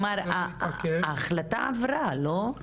ההחלטה עברה, לא?